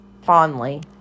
fondly